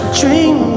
dream